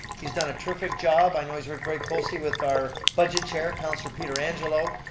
he's done a terrific job. i know he's referring closely with our budget chair, councilor pietrangelo,